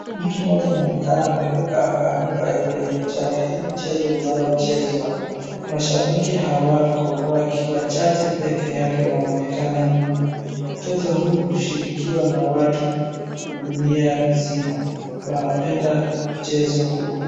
Mtu mmoja anaonekana ameruka akaanguka kwenye mchanga hii ni mchezo ambayo huchezwa. Mahabiki hawako wachache pekee yake wanaonekana nyuma. Mchezo huu hushirikiwa na watu dunia mzima, wanapenda mchezo huu.